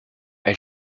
elle